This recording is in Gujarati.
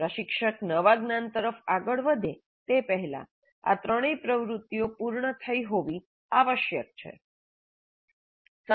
પ્રશિક્ષક નવા જ્ઞાન તરફ આગળ વધે તે પહેલાં આ ત્રણેય પ્રવૃત્તિઓ પૂર્ણ થઈ હોવી આવશ્યક છે સમીક્ષા શું અને શા માટે